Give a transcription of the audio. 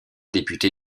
député